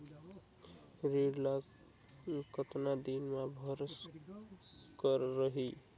ऋण ला कतना दिन मा भरे बर रही?